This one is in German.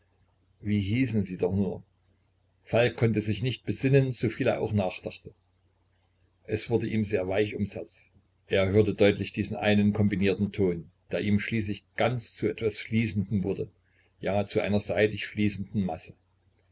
wie hießen sie doch nur falk konnte sich nicht besinnen so viel er auch nachdachte es wurde ihm sehr weich ums herz er hörte deutlich diesen einen kombinierten ton der ihm schließlich ganz zu etwas fließendem wurde ja zu einer seidig fließenden masse